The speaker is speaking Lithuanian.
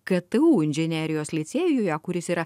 ktu inžinerijos licėjuje kuris yra